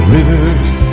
Rivers